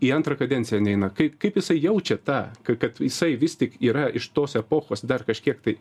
į antrą kadenciją neina kai kaip jisai jaučia tą ka kad jisai vis tik yra iš tos epochos dar kažkiek tai